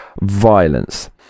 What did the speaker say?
violence